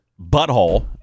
butthole